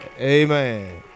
Amen